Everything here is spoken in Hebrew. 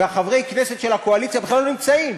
וחברי הכנסת של הקואליציה בכלל לא נמצאים.